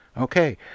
Okay